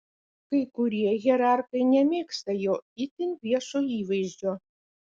kai kurie hierarchai nemėgsta jo itin viešo įvaizdžio